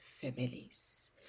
families